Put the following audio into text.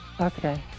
Okay